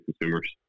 consumers